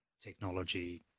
technology